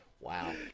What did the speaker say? Wow